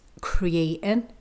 creating